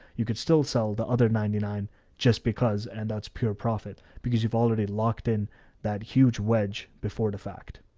you could still sell the other ninety nine just because, and that's pure profit because you've already already locked in that huge wedge before the fact.